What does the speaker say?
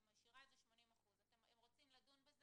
אני משאירה את זה 80%. הם רוצים לדון בזה?